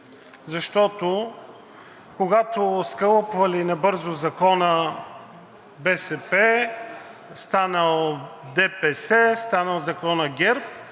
Защото, когато скалъпвали набързо закона БСП – станал ДПС, станал законът ГЕРБ,